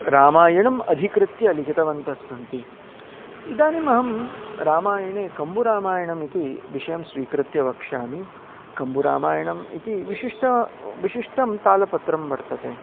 रामायणम् अधिकृत्य लिखितवन्तस्सन्ति इदानीमहं रामायणे कम्बरामायणमिति विषयं स्वीकृत्य वक्ष्यामि कम्बरामायणम् इति विशिष्टं विशिष्टं तालपत्रं वर्तते